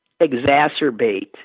exacerbate